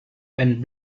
when